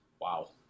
Wow